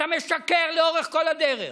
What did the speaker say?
אתה משקר לאורך כל הדרך.